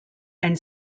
and